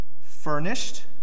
furnished